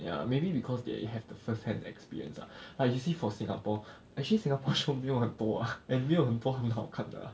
ya maybe because they have the first hand experience lah ah you see for singapore actually singapore show 没有很多 ah and 没有很多很好看的 ah